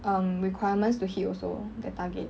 um requirements to hit also their target